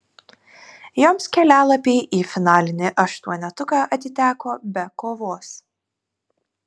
joms kelialapiai į finalinį aštuonetuką atiteko be kovos